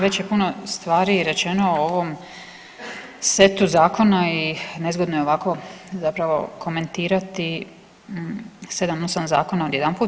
Već je puno stvari rečeno o ovom setu zakona i nezgodno je ovako zapravo komentirati 7, 8 zakona odjedanput.